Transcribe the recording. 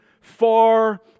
far